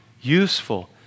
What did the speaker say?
useful